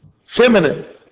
feminine